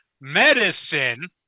medicine